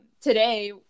today